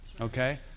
okay